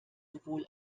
sowohl